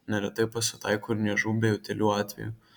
neretai pasitaiko ir niežų bei utėlių atvejų